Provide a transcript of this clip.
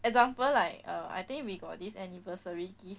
example like uh I think we got this anniversary gift